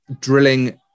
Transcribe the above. drilling